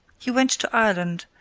he went to ireland,